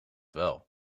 wel